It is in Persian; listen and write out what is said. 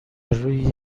روی